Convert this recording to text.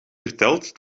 verteld